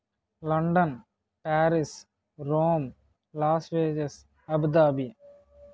London Paris Rome Las Vegas Abu Dhabi